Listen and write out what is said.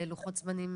יחסית בלוחות זמנים,